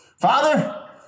Father